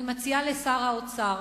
אני מציעה לשר האוצר